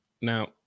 Now